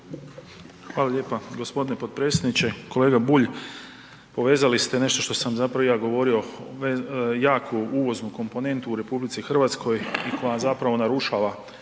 Hvala lijepa gospodine potpredsjedniče. Kolega Bulj, povezali ste nešto sam zapravo i ja govorio jaku uvoznu komponentu u RH koja zapravo narušava